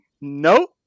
nope